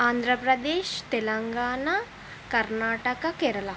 Andhra Pradesh Telangana Karnataka Kerala